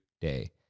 day